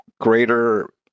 greater